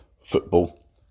football